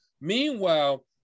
Meanwhile